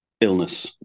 illness